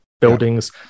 buildings